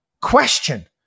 question